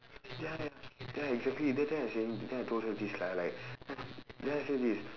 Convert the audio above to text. ya ya ya exactly that's why I saying then I told her this lah like then I then I say this